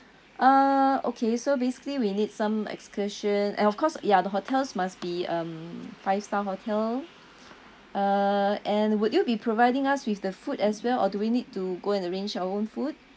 uh okay so basically we need some excursion and of course ya the hotels must be um five star hotel uh and would you be providing us with the food as well or do we need to go and arrange our own food